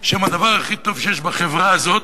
שהם הדבר הכי טוב שיש בחברה הזאת,